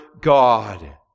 God